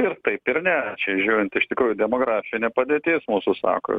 ir taip ir ne čia žiūrint iš tikrųjų demografinė padėtis mūsų sako